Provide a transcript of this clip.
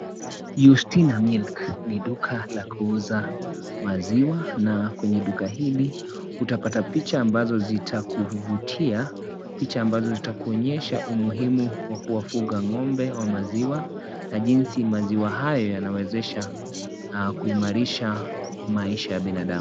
Yustina milk ni duka la kuuza maziwa na kwenye duka hili utapata picha ambazo zitakuvutia, picha ambazo zitakuonyesha umuhimu wa kuwafuga ng'ombe wa maziwa, na jinsi maziwa haya yanawezesha kuimarisha maisha ya binadamu.